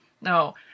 No